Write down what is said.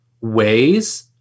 ways